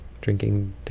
Drinking